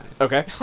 Okay